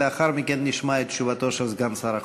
ולאחר מכן נשמע את תשובתו של סגן שר החוץ.